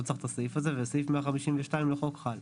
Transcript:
לא צריך את הסעיף הזה וסעיף 152 לחוק חל.